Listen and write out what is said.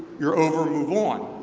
you're over, move on.